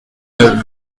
neuve